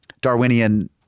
Darwinian